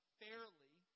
fairly